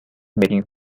backing